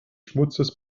schmutzes